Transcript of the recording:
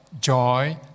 joy